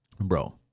Bro